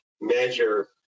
measure